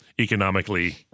economically